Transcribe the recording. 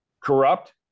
corrupt